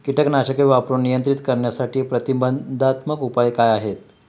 कीटकनाशके वापरून नियंत्रित करण्यासाठी प्रतिबंधात्मक उपाय काय आहेत?